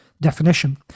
definition